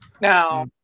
Now